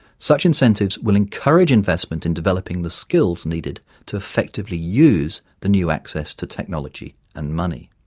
such incentives will encourage investment in developing the skills needed to effectively use the new access to technology and money.